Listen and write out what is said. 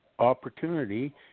opportunity